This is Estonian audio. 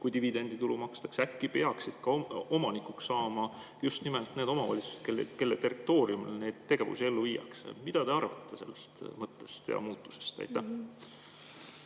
kui dividenditulu makstakse? Äkki peaksid omanikuks saama just nimelt need omavalitsused, kelle territooriumil neid tegevusi ellu viiakse? Mida te arvate sellest mõttest ja muutusest?